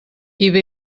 ibm